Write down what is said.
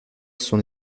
son